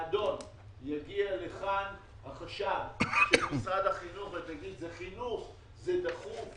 כשיגיע לכאן החשב של משרד החינוך ותגיד שזה חינוך וזה דחוף.